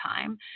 time